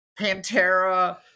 pantera